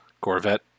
Corvette